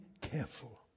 careful